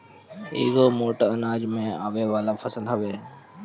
इ एगो मोट अनाज में आवे वाला फसल हवे